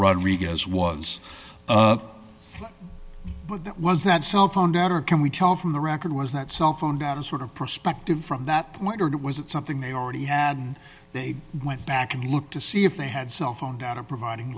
rodriguez was that was that cell phone data or can we tell from the record was that cell phone down a sort of perspective from that point or was it something they already had they went back and looked to see if they had cell phone data providing